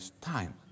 time